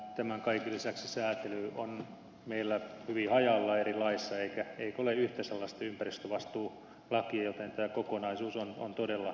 tämän kaiken lisäksi säätely on meillä hyvin hajallaan eri laeissa eikä ole yhtä sellaista ympäristövastuulakia joten tämä kokonaisuus on todella vaikea